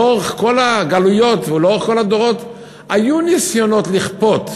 לאורך כל הגלויות ולאורך כל הדורות היו ניסיונות לכפות,